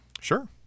Sure